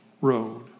road